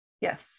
Yes